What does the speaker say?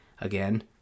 again